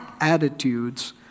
attitudes